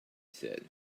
said